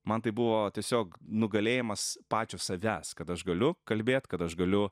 man tai buvo tiesiog nugalėjimas pačio savęs kad aš galiu kalbėt kad aš galiu